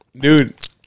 Dude